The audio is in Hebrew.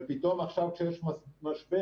ופתאום עכשיו כשיש משבר,